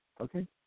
Okay